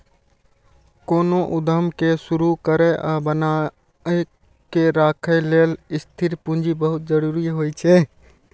कोनो उद्यम कें शुरू करै आ बनाए के राखै लेल स्थिर पूंजी बहुत जरूरी होइ छै